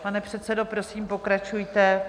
Pane předsedo, prosím pokračujte.